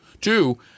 two